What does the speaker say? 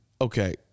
Okay